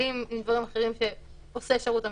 שלילי עם דברים אחרים שעושה שירות המבחן.